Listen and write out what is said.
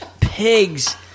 pigs